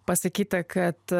pasakyta kad